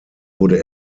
wurde